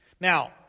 Now